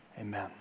Amen